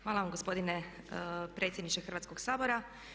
Hvala vam gospodine predsjedniče Hrvatskog sabora.